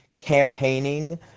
campaigning